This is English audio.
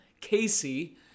Casey